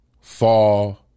fall